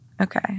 Okay